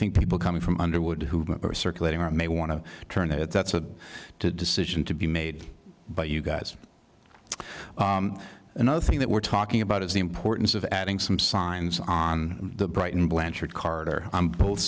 think people coming from underwood who are circulating or may want to turn it that's a decision to be made by you guys another thing that we're talking about is the importance of adding some signs on the brighton blanchard card or both